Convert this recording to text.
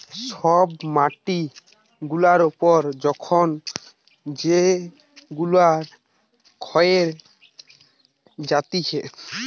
সব মাটি গুলা উপর তখন যেগুলা ক্ষয়ে যাতিছে